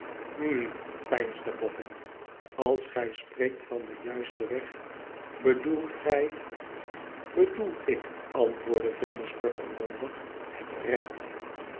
hm peinsde bofn lals gij spreekt van den juisten weg bedoelt gij bedoel ik antwoordde venus kort en bondig het recht